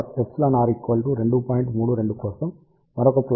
32 కోసం మరొక plot εr 9